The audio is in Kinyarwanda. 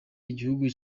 igihugu